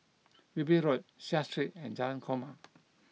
Wilby Road Seah Street and Jalan Korma